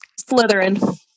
Slytherin